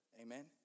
amen